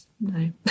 No